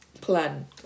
plan